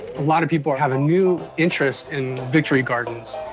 a lot of people have a new interest in victory gardens,